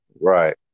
right